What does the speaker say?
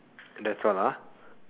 that's all ah